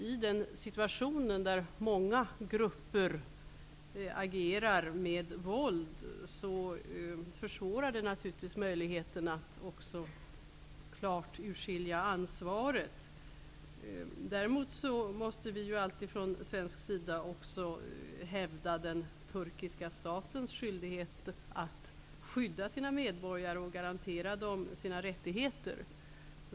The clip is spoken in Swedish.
I en situation där många grupper agerar med våld försvåras möjligheterna att klart urskilja ansvaret. Men från svensk sida måste vi ju alltid hävda den turkiska statens skyldighet att skydda sina medborgare och garantera dem deras rättigheter.